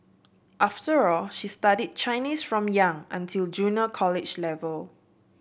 after all she studied Chinese from young until junior college level